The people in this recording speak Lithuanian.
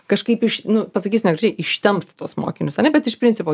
kažkaip iš nu pasakysiu negražiai ištempt tuos mokinius ar ne bet iš principo